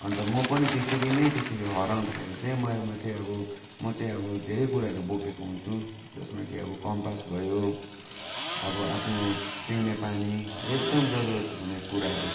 अन्त म पनि त्यसरी नै त्यसरी हराउँदाखेरि चाहिँ म म चाहिँ अब म चाहिँ अब धेरै कुराहरू बोकेको हुन्छु जसमा कि अब कम्पास भयो अब आफ्नो पिउने पानी एकदम जरुरत हुने कुराहरू